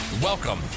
Welcome